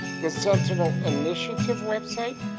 the sentinel initiative website,